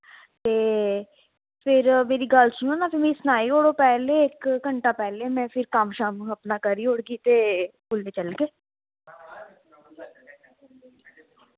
ते फिर मेरी गल्ल सुनो ना तुस मि सनाओ ओड़ो पैह्ले इक घंटा पैह्ले मैं फिर कम्म शम अपना करी ओड़गी ते उ'ले चलगे